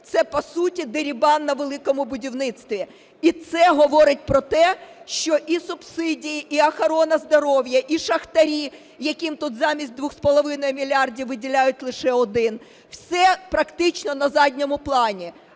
це, по суті, дерибан на "Великому будівництві". І це говорить про те, що і субсидії, і охорона здоров'я, і шахтарі, яким тут замість 2,5 мільярда виділяють лише один, все практично на задньому плані,